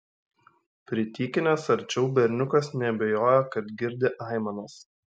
pritykinęs arčiau berniukas neabejojo kad girdi aimanas